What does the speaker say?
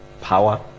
power